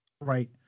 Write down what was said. Right